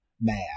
math